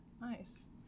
Nice